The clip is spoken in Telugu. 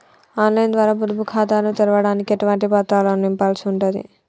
ఆన్ లైన్ ద్వారా పొదుపు ఖాతాను తెరవడానికి ఎటువంటి పత్రాలను నింపాల్సి ఉంటది?